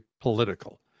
political